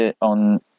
on